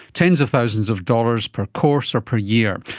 tens of thousands of dollars per course or per year.